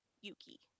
yuki